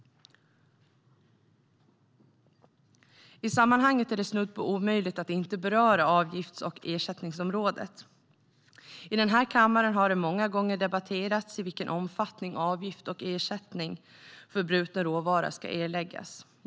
I sammanhanget är det snudd på omöjligt att inte beröra avgifts och ersättningsområdet. I den här kammaren har det många gånger debatterats i vilken omfattning avgift och ersättning för bruten råvara ska erläggas.